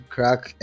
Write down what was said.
Crack